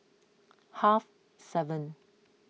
half seven